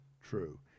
true